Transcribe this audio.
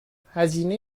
هزینه